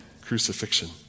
crucifixion